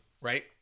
right